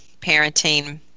parenting